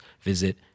visit